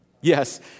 Yes